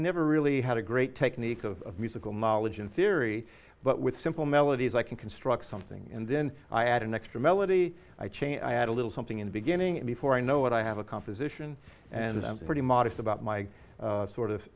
never really had a great technique of musical knowledge in theory but with simple melodies i can construct something and then i add an extra melody i change i add a little something in the beginning and before i know what i have a composition and i'm pretty modest about my sort of